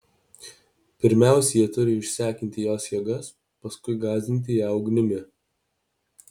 pirmiausia jie turi išsekinti jos jėgas paskui gąsdinti ją ugnimi